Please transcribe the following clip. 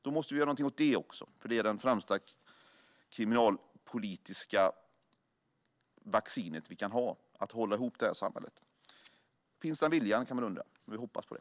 Vi måste göra någonting åt det, eftersom det är det främsta kriminalpolitiska vaccinet för att hålla ihop det här samhället. Man kan undra om denna vilja finns. Vi hoppas på det.